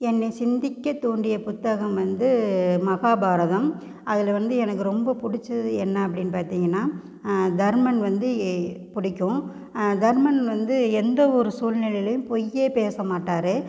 என்னை சிந்திக்க தூண்டிய புத்தகம் வந்து மகாபாரதம் அதில் வந்து எனக்கு ரொம்ப பிடிச்சது என்ன அப்படின்னு பார்த்தீங்கன்னா தர்மன் வந்து ஏ பிடிக்கும் தர்மன் வந்து எந்த ஒரு சூழ்நிலையிலையும் பொய்யே பேச மாட்டார்